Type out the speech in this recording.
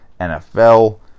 NFL